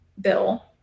bill